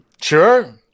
Sure